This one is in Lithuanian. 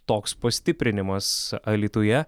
toks pastiprinimas alytuje